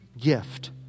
gift